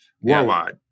worldwide